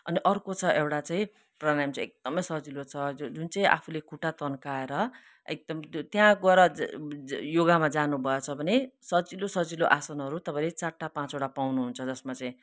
अनि अर्को छ एउटा चाहिँ प्राणायाम चाहिँ एकदमै सजिलो छ जुन चाहिँ आफूले खुट्टा तन्काएर एकदम त्यो त्यहाँ गएर योगामा जानु भएछ भने सजिलो सजिलो आसनहरू तपाईँले चारवटा पाँचवटा पाउनु हुन्छ जसमा चाहिँ